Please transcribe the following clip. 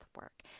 work